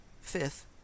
Fifth